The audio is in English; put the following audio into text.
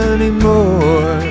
Anymore